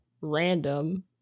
random